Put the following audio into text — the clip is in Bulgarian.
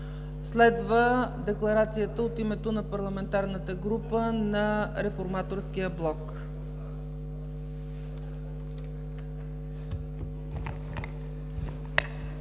Следва декларацията от името на Парламентарната група на Реформаторския блок.